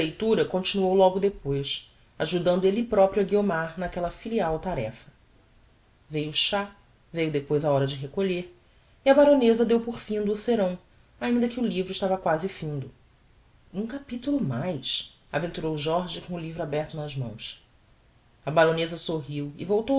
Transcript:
a leitura continuou logo depois ajudando elle proprio a guiomar naquella filial tarefa veiu o chá veiu depois a hora de recolher e a baroneza deu por findo o serão ainda que o livro estava quasi findo um capitulo mais aventurou jorge com o livro aberto nas mãos a baroneza sorriu e voltou